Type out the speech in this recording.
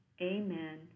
Amen